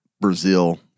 Brazil